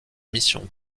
mission